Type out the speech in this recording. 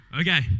Okay